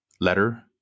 letter